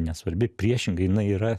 nesvarbi priešingai jinai yra